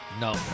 No